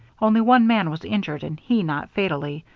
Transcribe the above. only one man was injured and he not fatally,